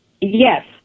Yes